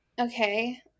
Okay